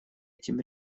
этим